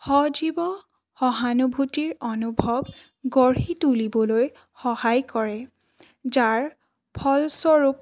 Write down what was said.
সজীৱ সহানুভূতিৰ অনুভৱ গঢ়ি তুলিবলৈ সহায় কৰে যাৰ ফলস্বৰূপ